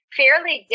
fairly